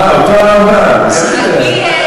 אה, אותו הרמב"ם, בסדר.